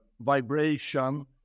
vibration